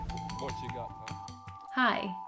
Hi